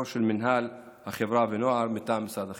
של מינהל החברה והנוער מטעם משרד החינוך.